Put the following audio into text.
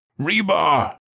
Rebar